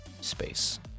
space